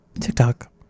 TikTok